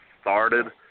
started